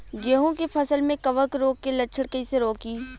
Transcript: गेहूं के फसल में कवक रोग के लक्षण कईसे रोकी?